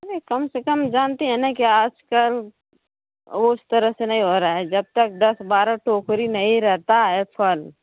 नही कम से कम जानती हैं न कि आजकल वो उस तरह से नहीं हो रहा है जब तक दस बार टोकरी नहीं रहता है फल